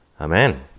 Amen